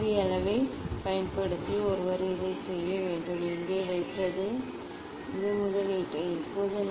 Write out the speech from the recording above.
ஆவி அளவைப் பயன்படுத்தி ஒருவர் இதைச் செய்ய வேண்டும் இங்கே வைப்பது இந்த முதலியவற்றை சரிசெய்தல்